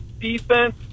Defense